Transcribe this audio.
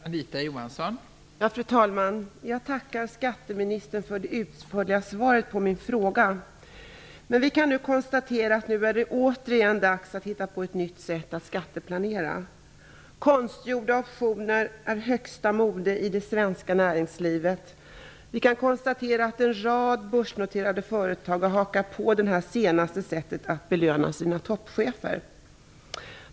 Fru talman! Jag tackar skatteministern för det utförliga svaret på min fråga. Vi kan konstatera att det återigen är dags att hitta på ett nytt sätt att skatteplanera. Konstgjorda optioner är högsta mode i det svenska näringslivet. En rad börsnoterade företag har hakat på det senaste sättet att belöna sina toppchefer.